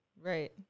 right